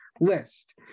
list